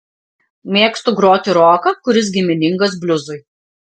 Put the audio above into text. mėgstu groti roką kuris giminingas bliuzui